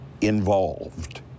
involved